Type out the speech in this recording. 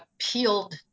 appealed